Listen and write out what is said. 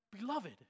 beloved